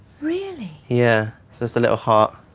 really? yeah. just a little heart.